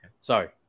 Sorry